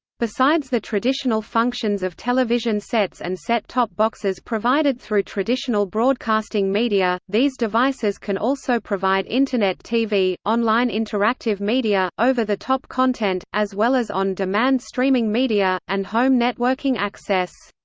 besides the traditional functions of television sets and set-top boxes provided through traditional broadcasting media, these devices can also provide internet tv, online interactive media, over-the-top over-the-top content, as well as on-demand streaming media, and home networking access.